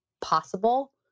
possible